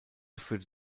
führte